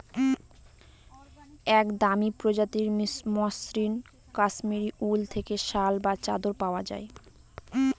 এক দামি প্রজাতির মসৃন কাশ্মীরি উল থেকে শাল বা চাদর পাওয়া যায়